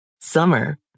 Summer